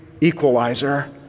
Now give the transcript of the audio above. equalizer